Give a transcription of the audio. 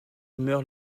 meurt